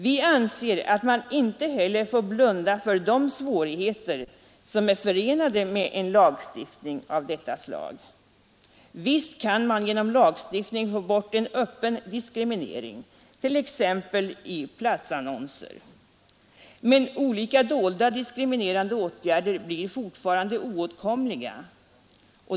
Vi anser att man inte heller får blunda för de svårigheter som är förenade med en lagstiftning av detta slag. Visst kan man genom lagstiftning få bort en öppen diskriminering, t.ex. i platsannonser, men olika dolda diskriminerande åtgärder blir fortfarande oåtkomliga.